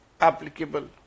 applicable